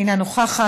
אינה נוכחת,